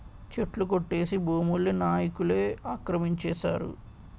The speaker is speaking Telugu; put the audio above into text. చెట్లు కొట్టేసి భూముల్ని నాయికులే ఆక్రమించేశారు